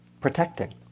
protecting